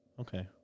Okay